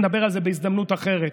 נדבר על זה בהזדמנות אחרת.